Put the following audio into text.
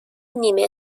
نیمه